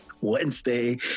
Wednesday